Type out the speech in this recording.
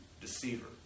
deceiver